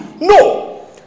no